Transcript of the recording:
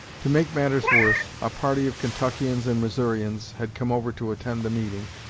to make matters worse, a party of kentuckians and missourians had come over to attend the meeting,